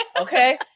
Okay